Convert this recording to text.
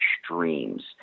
extremes